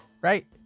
Right